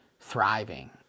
thriving